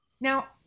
now